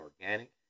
organic